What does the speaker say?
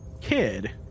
kid